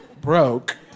broke